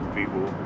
people